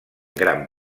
gran